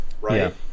right